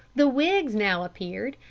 the whigs now appeared,